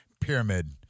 pyramid